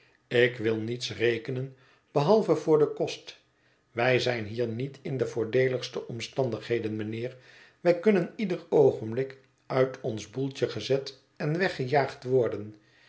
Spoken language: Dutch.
ik wil niets rekenen behalve voor den kost wij zijn hier niet in de voordeeligste omstandigheden mijnheer wij kunnen ieder oogenblik uit ons boeltje gezet en weggejaagd worden